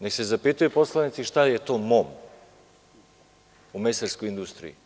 Nek se zapitaju poslanici šta je to MOM u mesarskoj industriji.